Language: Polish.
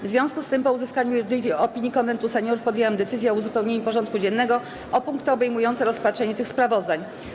W związku z tym, po uzyskaniu jednolitej opinii Konwentu Seniorów, podjęłam decyzję o uzupełnieniu porządku dziennego o punkty obejmujące rozpatrzenie tych sprawozdań.